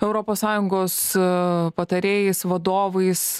europos sąjungos patarėjais vadovais